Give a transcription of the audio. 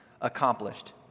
accomplished